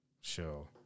show